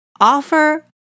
offer